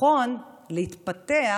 הביטחון להתפתח,